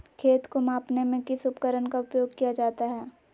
खेत को मापने में किस उपकरण का उपयोग किया जाता है?